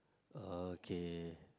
okay